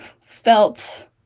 felt